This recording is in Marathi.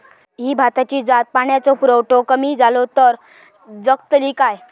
ही भाताची जात पाण्याचो पुरवठो कमी जलो तर जगतली काय?